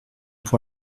pour